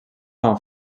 com